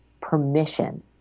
permission